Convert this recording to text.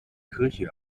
kirche